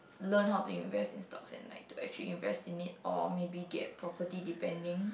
learn how to invest in stocks and like to actually invest in it or maybe get property depending